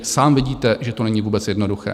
Sám vidíte, že to není vůbec jednoduché.